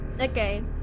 okay